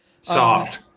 Soft